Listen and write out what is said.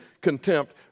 contempt